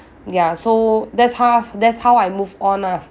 ya so that's how I that's how I move on ah